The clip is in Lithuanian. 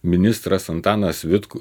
ministras antanas vitkus